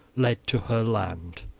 led to her land.